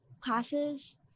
classes